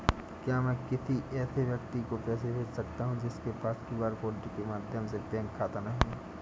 क्या मैं किसी ऐसे व्यक्ति को पैसे भेज सकता हूँ जिसके पास क्यू.आर कोड के माध्यम से बैंक खाता नहीं है?